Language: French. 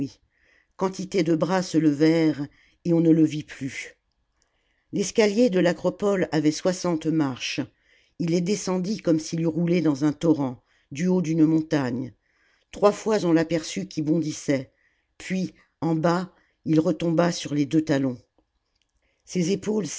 quantité de bras se levèrent et on ne le vit plus l'escaher de l'acropole avait soixante marches ii les descendit comme s'il eût roulé dans un torrent du haut d'une montagne trois fois on l'aperçut qui bondissait puis en bas il retomba sur les deux talons ses épaules